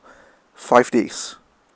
five days